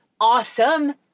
awesome